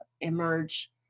emerge